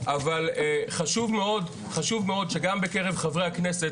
אבל חשוב מאוד שגם בקרב חברי הכנסת